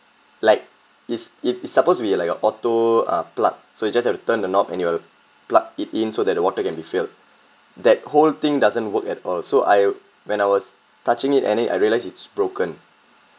like is it it's suppose to be like a auto uh plug so you just have to turn the knob and it will plug it in so that the water can be filled that whole thing doesn't work at all so I when I was touching it and then I realise it's broken